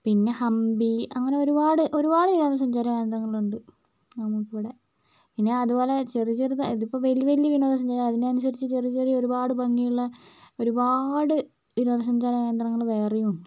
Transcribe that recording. പിന്നെ ഹംപി അങ്ങനെ ഒരുപാട് ഒരുപാട് വിനോദസഞ്ചാര കേന്ദ്രങ്ങളുണ്ട് നമുക്കിവിടെ പിന്നെ അതുപോലെ ചെറു ചെറു ഇതിപ്പോൾ വലിയ വലിയ വിനോദസഞ്ചാരം അതിനനുസരിച്ച് ചെറിയ ചെറിയ ഒരുപാട് ഭംഗിയുള്ള ഒരുപാട് വിനോദസഞ്ചാര കേന്ദ്രങ്ങള് വേറെയും ഉണ്ട്